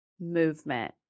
movement